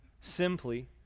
simply